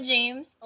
James